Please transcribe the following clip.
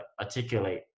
articulate